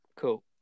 Cool